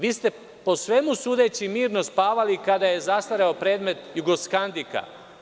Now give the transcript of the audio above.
Vi ste, po svemu sudeći, mirno spavali kada je zastario predmet „Jugoskandika“